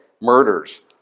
murders